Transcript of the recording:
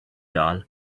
doll